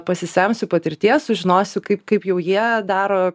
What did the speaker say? pasisemsiu patirties sužinosiu kaip kaip jau jie daro